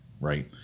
right